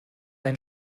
ein